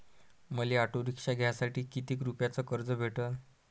मले auto rickshaw घ्यासाठी कितीक रुपयाच कर्ज भेटनं?